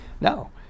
no